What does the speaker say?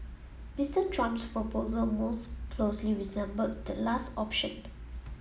Mister Trump's proposal most closely resembled the last option